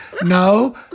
No